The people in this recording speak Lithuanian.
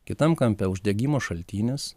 kitam kampe uždegimo šaltinis